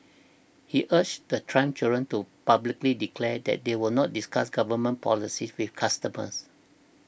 he urged the Trump children to publicly declare that they will not discuss government policy with customers